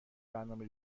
برنامه